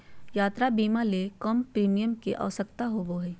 यात्रा बीमा ले कम प्रीमियम के आवश्यकता होबो हइ